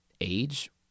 age